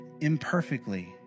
imperfectly